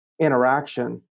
Interaction